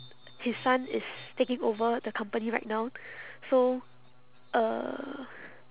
his son is taking over the company right now so uh